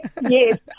yes